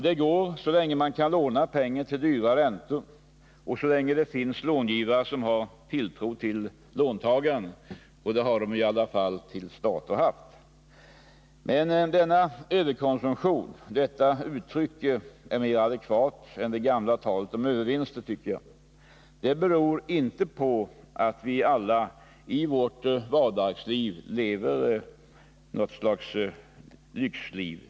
Det går så länge man kan låna pengar, till dyra räntor, och så länge som det finns långivare som har tilltro till låntagaren, och det har i varje fall till dags dato gällt för vårt land. Denna överkonsumtion — ett uttryck som jag tycker är mycket mer adekvat än det gamla talet om övervinster — beror inte på att vi alla till vardags lever något slags lyxliv.